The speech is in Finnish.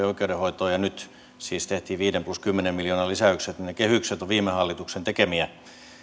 oikeudenhoitoon ja nyt siis tehtiin viiden plus kymmenen miljoonan lisäykset ovat viime hallituksen tekemiä